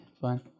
fine